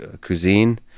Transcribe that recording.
cuisine